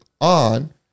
on